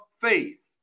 faith